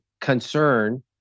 concern